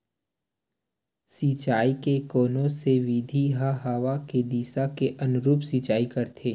सिंचाई के कोन से विधि म हवा के दिशा के अनुरूप सिंचाई करथे?